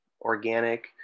organic